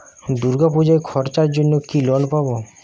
দূর্গাপুজোর খরচার জন্য কি লোন পাব?